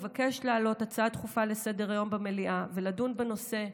אבקש להעלות הצעה דחופה לסדר-היום במליאה ולדון בנושא.